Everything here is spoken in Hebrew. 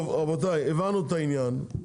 רבותיי, הבנו את העניין.